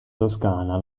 toscana